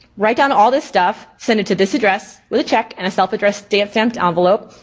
write down all this stuff. send it to this address with a check and a self-addressed stamped stamped envelope.